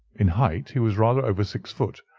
in height he was rather over six feet,